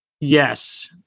Yes